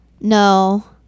No